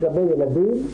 לגבי ילדים,